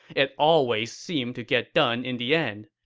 it always seemed to get done in the end.